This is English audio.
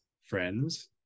friends